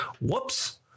Whoops